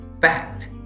fact